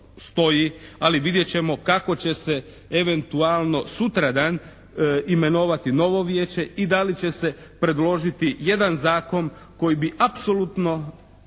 ali vidjet ćemo kako će se eventualno sutradan imenovati novo vijeće i da li će se predložiti jedan zakon koji bi apsolutno